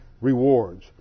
rewards